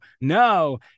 no